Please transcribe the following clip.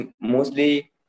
mostly